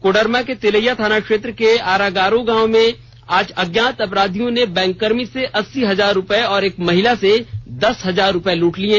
कोडरमा के तिलैया थाना क्षेत्र के आरागारो में आज अज्ञात अपराधियों ने बैंककर्मी से अस्सी हजार रूपये और एक महिला से दस हजार रूपये लूट लिये